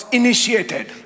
initiated